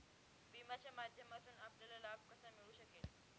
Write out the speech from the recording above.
विम्याच्या माध्यमातून आपल्याला लाभ कसा मिळू शकेल?